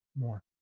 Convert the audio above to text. more